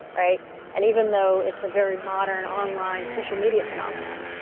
right and even though it's a very modern online social media phenomenon.